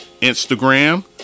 Instagram